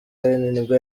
nibwo